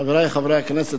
חברי חברי הכנסת,